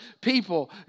people